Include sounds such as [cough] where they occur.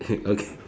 [noise] okay